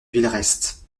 villerest